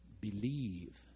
believe